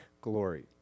glory